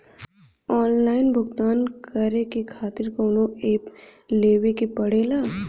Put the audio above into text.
Online भुगतान करके के खातिर कौनो ऐप लेवेके पड़ेला?